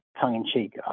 tongue-in-cheek